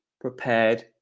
prepared